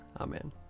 Amen